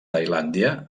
tailàndia